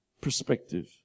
perspective